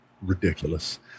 ridiculous